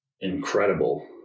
incredible